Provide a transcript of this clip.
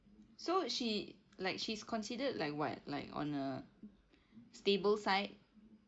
so she like she's considered like what like on a stable side